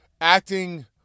acting